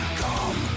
come